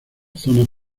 zonas